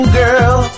girl